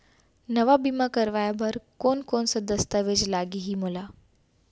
नवा बीमा करवाय बर कोन कोन स दस्तावेज लागही मोला?